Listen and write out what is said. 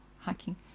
hiking